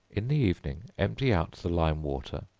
in the evening, empty out the lime-water,